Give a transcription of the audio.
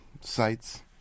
sites